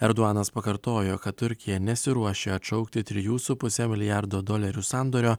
erdoganas pakartojo kad turkija nesiruošia atšaukti trijų su puse milijardo dolerių sandorio